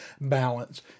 balance